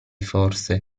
forse